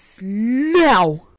now